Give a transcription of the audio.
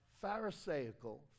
pharisaical